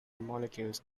molecules